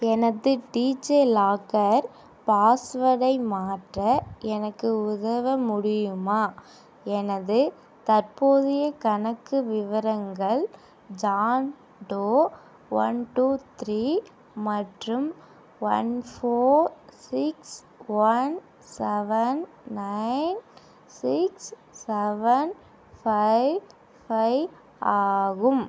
எனது டீஜேலாக்கர் பாஸ்வேர்டை மாற்ற எனக்கு உதவ முடியுமா எனது தற்போதைய கணக்கு விவரங்கள் John Doe one two three மற்றும் one four six one seven nine six seven five five ஆகும்